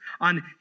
on